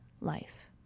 life